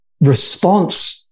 response